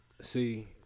see